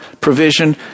provision